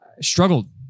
struggled